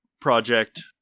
project